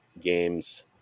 games